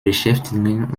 beschäftigen